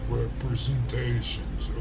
representations